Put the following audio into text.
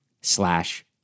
slash